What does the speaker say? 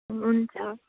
हुन्छ